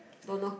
don't know